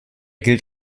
gilt